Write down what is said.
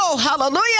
Hallelujah